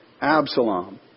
Absalom